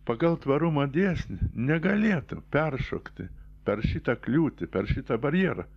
pagal tvarumo dėsnį negalėtų peršokti per šitą kliūtį per šitą barjerą